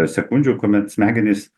sekundžių kuomet smegenys